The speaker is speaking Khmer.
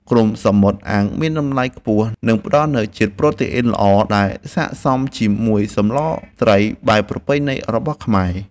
គ្រំសមុទ្រអាំងមានតម្លៃខ្ពស់និងផ្តល់នូវជាតិប្រូតេអ៊ីនល្អដែលស័ក្តិសមជាមួយសម្លត្រីបែបប្រពៃណីរបស់ខ្មែរ។